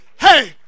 hey